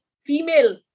female